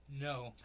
No